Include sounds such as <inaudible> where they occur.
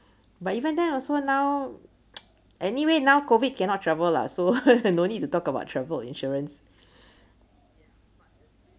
but even then also now anyway now COVID cannot travel lah so <laughs> no need to talk about travel insurance